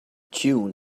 tune